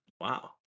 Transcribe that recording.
Wow